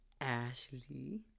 Ashley